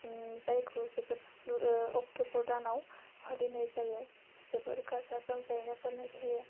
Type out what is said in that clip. जायखौ जोबोर अक्टबर दानाव फालिनाय जायो जोबोर गाजा गोमजायैनो फालिनाय जायो